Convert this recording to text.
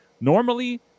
Normally